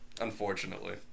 unfortunately